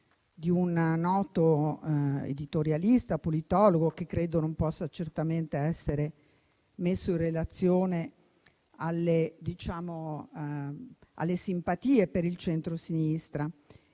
di un noto editorialista politologo che credo non possa certamente essere messo in relazione alle simpatie per il centrosinistra